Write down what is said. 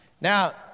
Now